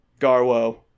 Garwo